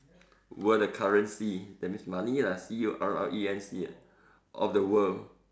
were the currency that means money lah C U R R E N C Y of the world